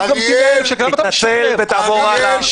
תתנצל ותעבור הלאה.